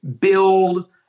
build